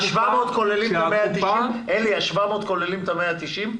ה-700 שקל כוללים את ה-190 שקל?